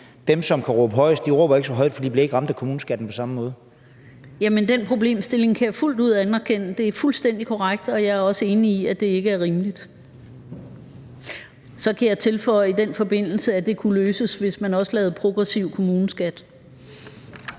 dem, som kan råbe højest, råber ikke så højt, fordi de ikke bliver ramt af kommuneskatten på samme måde. Kl. 19:51 Jette Gottlieb (EL): Den problemstilling kan jeg fuldt ud anerkende. Det er fuldstændig korrekt, og jeg er også enig i, at det ikke er rimeligt. Så kan jeg tilføje i den forbindelse, at det kunne løses, hvis man også lavede progressiv kommuneskat.